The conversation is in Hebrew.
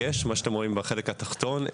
מה שאתם רואים בחלק התחתון.